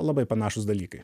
labai panašūs dalykai